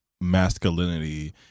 masculinity